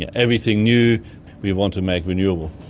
and everything new we want to make renewable.